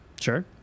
Sure